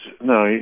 no